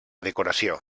decoració